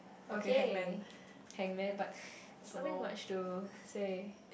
okay hangman but there's nothing much to say